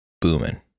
booming